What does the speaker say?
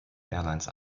airlines